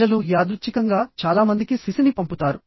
ప్రజలు యాదృచ్ఛికంగా చాలా మందికి సిసిని పంపుతారు